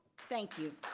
thank you.